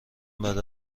بعد